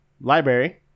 library